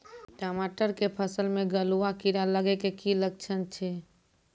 टमाटर के फसल मे गलुआ कीड़ा लगे के की लक्छण छै